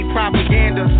Propaganda